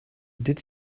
did